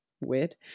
Weird